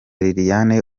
liliane